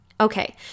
Okay